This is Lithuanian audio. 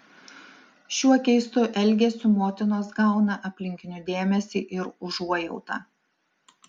šiuo keistu elgesiu motinos gauna aplinkinių dėmesį ir užuojautą